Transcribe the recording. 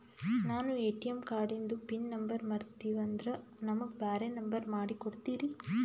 ನಾನು ಎ.ಟಿ.ಎಂ ಕಾರ್ಡಿಂದು pin number ಮರತೀವಂದ್ರ ನಮಗ ಬ್ಯಾರೆ ನಂಬರ್ ಮಾಡಿ ಕೊಡ್ತೀರಿ?